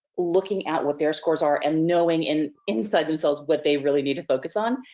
looking at what their scores are, and knowing and inside themselves what they really need to focus on.